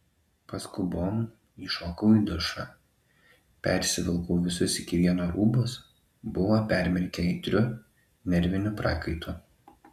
paskubom įšokau į dušą persivilkau visus iki vieno rūbus buvo permirkę aitriu nerviniu prakaitu